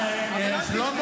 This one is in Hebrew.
ווליד,